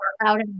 out